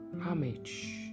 homage